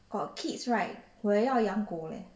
got kids right 我要养狗 eh